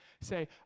say